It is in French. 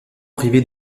privée